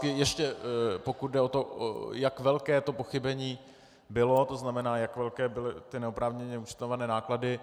Ještě pokud jde o to, jak velké to pochybení bylo, to znamená, jak velké byly ty neoprávněně účtované náklady.